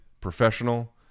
Professional